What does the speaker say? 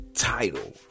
title